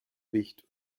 wicht